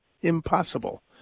Impossible